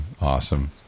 Awesome